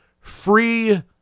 Free